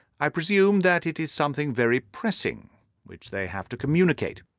i presume that it is something very pressing which they have to communicate.